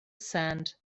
sand